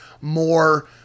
more